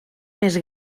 més